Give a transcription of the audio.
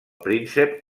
príncep